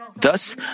Thus